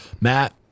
Matt